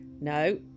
no